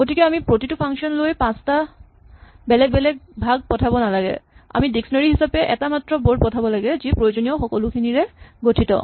গতিকে আমি প্ৰতিটো ফাংচন লৈ পাঁচটা বেলেগ বেলেগ ভাগ পঠাব নালাগে আমি ডিক্সনেৰী হিচাপে এটা মাত্ৰ বৰ্ড পঠাব লাগে যি প্ৰয়োজনীয় সকলোখিনিৰে গঠিত